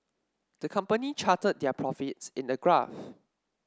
the company charted their profits in a graph